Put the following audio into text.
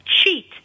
cheat